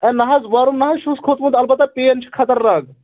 ہے نا حظ وَرُم نا حظ چھُس کھوٚتمُت البتہ پین چھِ خَطرناک